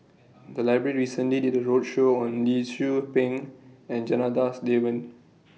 The Library recently did A roadshow on Lee Tzu Pheng and Janadas Devan